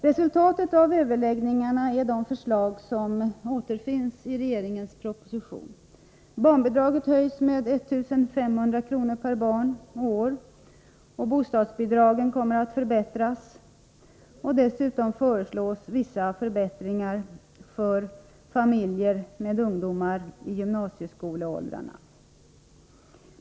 Resultatet av överläggningarna är de förslag som återfinns i regeringens proposition. Barnbidraget höjs med 1500 kr. per barn och år, och bostadsbidragen kommer att förbättras. Dessutom föreslås vissa förbättringar för familjer med ungdomar i gymnasieskoleåldrarna.